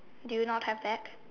do you not have that